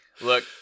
Look